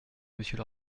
monsieur